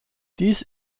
dies